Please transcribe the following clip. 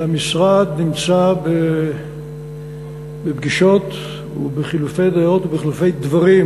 שהמשרד נמצא בפגישות ובחילופי דעות ובחילופי דברים,